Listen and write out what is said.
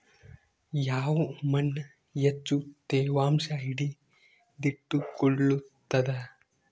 ಯಾವ್ ಮಣ್ ಹೆಚ್ಚು ತೇವಾಂಶ ಹಿಡಿದಿಟ್ಟುಕೊಳ್ಳುತ್ತದ?